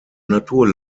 natur